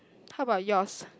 how about yours